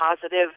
positive